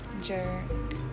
Jerk